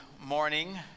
morning